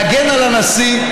להגן על הנשיא,